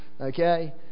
okay